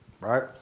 right